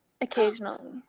Occasionally